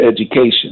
education